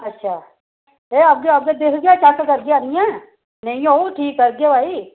अच्छा एह् औगे औगे दिखगे चेक करगे आह्नियै नेईं होग ते ठीक करगे भई